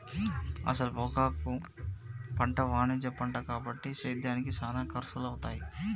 అసల పొగాకు పంట వాణిజ్య పంట కాబట్టి సేద్యానికి సానా ఖర్సులవుతాయి